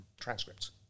transcripts